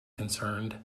concerned